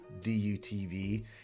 DUTV